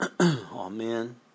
Amen